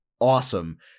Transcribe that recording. awesome